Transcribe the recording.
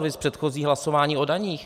Viz předchozí hlasování o daních.